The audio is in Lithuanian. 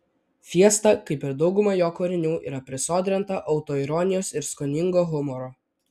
fiesta kaip ir dauguma jo kūrinių yra prisodrinta autoironijos ir skoningo humoro